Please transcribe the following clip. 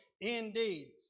indeed